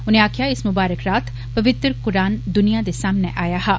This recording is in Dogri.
उने आक्खेआ इस मुबारक रात पवित्र कूरान दुनिया दे सामने आया हा